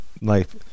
life